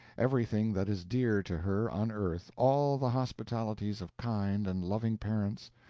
everything that is dear to her on earth, all the hospitalities of kind and loving parents,